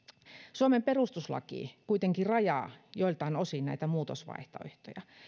suomen perustuslaki kuitenkin rajaa joiltain osin näitä muutosvaihtoehtoja